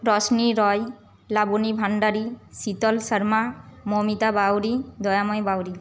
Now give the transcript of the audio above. Roshni Roy Labani Bhandari Sheetal Sharma Moumita Bauri Dayamoy Bauri